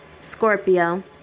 Scorpio